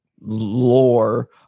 lore